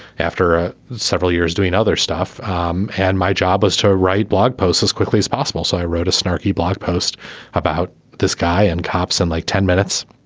after ah several years doing other stuff um and my job was to write blog posts as quickly as possible so i wrote a snarky blog post about this guy and cops and like ten minutes.